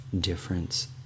difference